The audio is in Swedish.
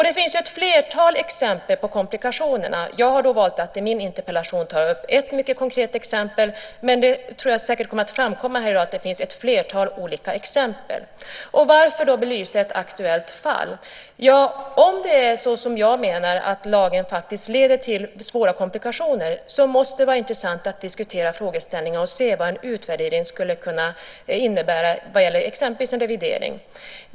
Det finns ett flertal exempel på komplikationerna. Jag har valt att i min interpellation ta upp ett mycket konkret exempel, men som det säkert kommer att framkomma här i dag finns det ett flertal olika exempel. Varför då belysa ett aktuellt fall? Ja, om det är som jag menar, att lagen faktiskt leder till svåra komplikationer, måste det vara intressant att diskutera frågeställningen och se vad en utvärdering skulle kunna innebära vad gäller exempelvis en revidering.